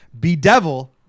Bedevil